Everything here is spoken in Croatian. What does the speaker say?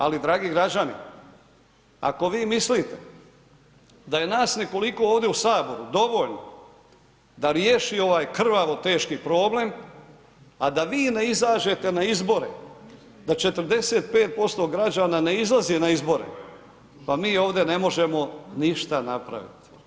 Ali dragi građani, ako vi mislite da je nas nekoliko ovdje u HS dovoljno da riješi ovaj krvavo teški problem, a da vi ne izađete na izbore, da 45% građana ne izlazi na izbore, pa mi ovdje ne možemo ništa napravit.